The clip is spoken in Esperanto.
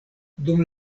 dum